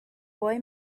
boy